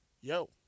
Yo